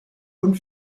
und